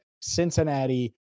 Cincinnati